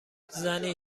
زنی